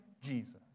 Jesus